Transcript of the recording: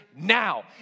now